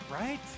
Right